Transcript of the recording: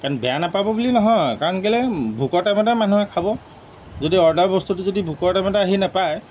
কাৰণ বেয়া নাপাব বুলি নহয় কাৰণ কেলৈ ভোকৰ টাইমতহে মানুহে খাব যদি অৰ্ডাৰ বস্তুটো যদি ভোকৰ টাইমতে আহি নাপায়